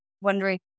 wondering